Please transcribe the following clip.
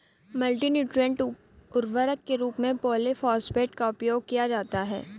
multi nutrient उर्वरक के रूप में पॉलिफॉस्फेट का उपयोग किया जाता है